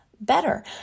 better